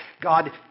God